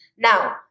Now